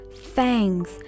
fangs